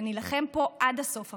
ונילחם פה עד הסוף.